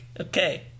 Okay